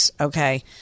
okay